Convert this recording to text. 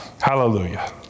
Hallelujah